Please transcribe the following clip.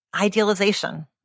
idealization